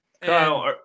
Kyle